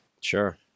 Sure